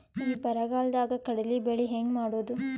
ಈ ಬರಗಾಲದಾಗ ಕಡಲಿ ಬೆಳಿ ಹೆಂಗ ಮಾಡೊದು?